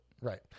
Right